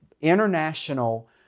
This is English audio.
international